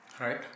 Right